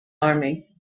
army